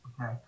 Okay